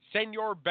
Senor